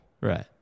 Right